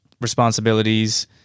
responsibilities